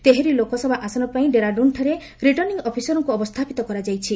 ତେହେରି ଲୋକସଭା ଆସନ ପାଇଁ ଡେରାଦଡନ୍ଠାରେ ରିଟର୍ଣ୍ଣ ଅଫିସର୍କୁ ଅବସ୍ଥାପିତ କରାଯାଇଛି